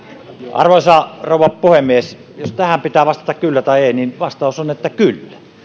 arvoisa rouva puhemies jos tähän pitää vastata kyllä tai ei niin vastaus on kyllä